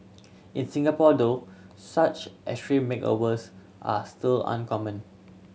in Singapore though such extreme makeovers are still uncommon